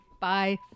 Bye